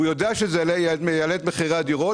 הוא יודע שזה יעלה את מחירי הדירות,